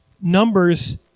Numbers